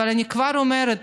אבל אני כבר אומרת: